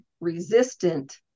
resistant